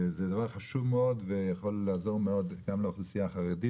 זה דבר חשוב מאוד ויכול לעזור מאוד גם לאוכלוסייה החרדית